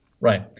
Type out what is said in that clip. right